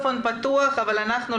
פעולה